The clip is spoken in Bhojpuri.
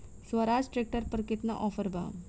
स्वराज ट्रैक्टर पर केतना ऑफर बा?